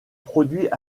produits